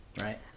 right